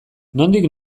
nondik